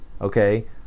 okay